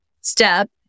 step